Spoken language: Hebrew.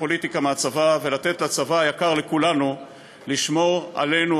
הפוליטיקה מהצבא ולתת לצבא היקר לכולנו לשמור עלינו,